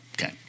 okay